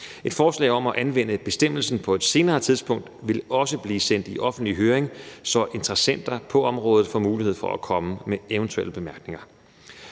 Et forslag om at anvende bestemmelsen på et senere tidspunkt vil også blive sendt i offentlig høring, så interessenter på området får mulighed for at komme med eventuelle bemærkninger.